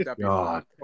God